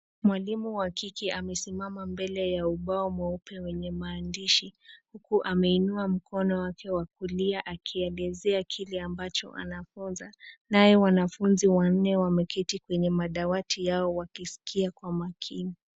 Mwalimu wa kike amesimama mbele ya ubao mweupe wenye maandishi huku ameinua mkono wake wa kulia akielezea kile ambacho anafunza nayo wanafunzi wanne wameketi kwenye madawati yao wakiskia kwa makini.